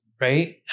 right